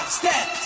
step